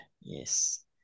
Yes